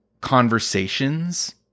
conversations